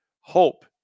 Hope